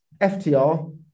FTR